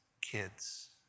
kids